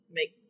make